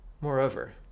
Moreover